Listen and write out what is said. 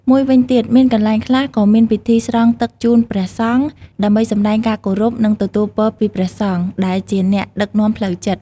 មួយវិញទៀត មានកន្លែងខ្លះក៏មានពិធីស្រង់ទឹកជូនព្រះសង្ឃ ដើម្បីសម្តែងការគោរព និងទទួលពរពីព្រះសង្ឃ ដែលជាអ្នកដឹកនាំផ្លូវចិត្ត។